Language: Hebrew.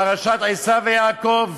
פרשת עשיו ויעקב,